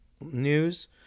News